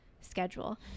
schedule